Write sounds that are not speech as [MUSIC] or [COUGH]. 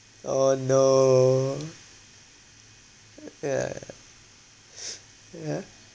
oh no [NOISE] ya ya ya [NOISE] yeah